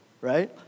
right